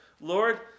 Lord